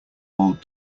old